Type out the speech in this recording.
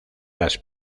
las